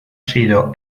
sido